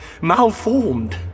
Malformed